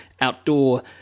outdoor